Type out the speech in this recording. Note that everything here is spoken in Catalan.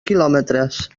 quilòmetres